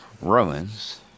Romans